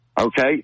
Okay